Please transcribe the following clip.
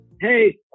Hey